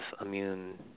immune